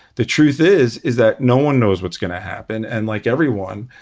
the truth is, is that no one knows what's gonna happen. and like everyone,